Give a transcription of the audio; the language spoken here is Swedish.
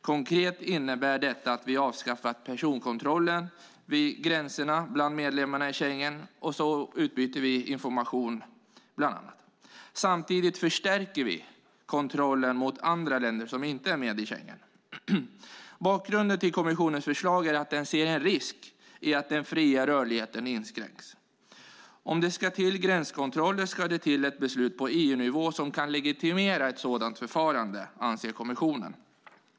Konkret innebär detta bland annat att vi avskaffat personkontrollen vid gränserna mellan medlemmarna i Schengensamarbetet samt att vi utbyter information. Samtidigt förstärker vi kontrollen mot länder som inte är med i Schengensamarbetet. Bakgrunden till kommissionens förslag är att den ser en risk i att den fria rörligheten inskränks. Om det ska till gränskontroller ska det till ett beslut på EU-nivå som kan legitimera ett sådant förfarande, anser kommissionen.